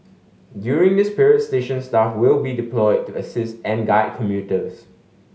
during this period station staff will be deployed to assist and guide commuters